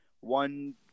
one